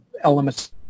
elements